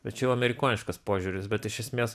bet čia jau amerikoniškas požiūrius bet iš esmės